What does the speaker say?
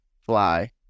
fly